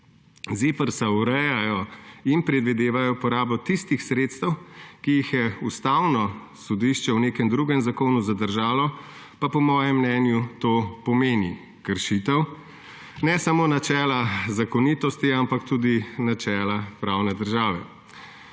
ZIPRS urejajo in predvidevajo porabo tistih sredstev, ki jih je Ustavno sodišče v nekem drugem zakonu zadržalo, pa po mojem mnenju to pomeni kršitev ne samo načela zakonitosti, ampak tudi načela pravne države.